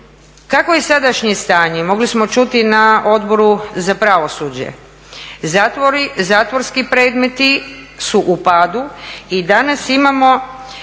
Kakvo je sadašnje stanje? Mogli smo čuti na Odboru za pravosuđe. Zatvorski predmeti su u padu i danas imamo